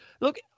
look